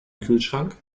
kühlschrank